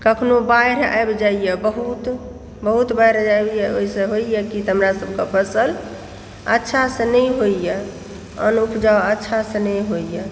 कखनो बाढ़ि आइब जाइए बहुत बहुत बाढ़ि आइब जाइए ओहिसँ होइए कि तऽ हमरा सभकेँ फसल अच्छासँ नहि होइए अन्न उपजा अच्छासँ नहि होइए